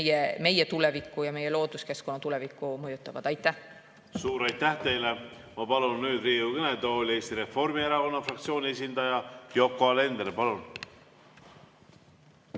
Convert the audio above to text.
meie tulevikku ja meie looduskeskkonna tulevikku mõjutavad. Aitäh! Suur aitäh teile! Ma palun Riigikogu kõnetooli Eesti Reformierakonna fraktsiooni esindaja Yoko Alenderi. Palun!